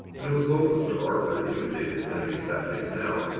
and it was hopeless for arthur to imitate his enemy's tactics now.